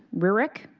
rearick.